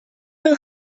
will